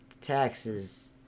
taxes